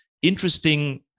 Interesting